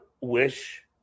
wish